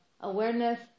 awareness